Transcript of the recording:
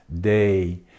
day